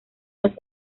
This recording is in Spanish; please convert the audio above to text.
los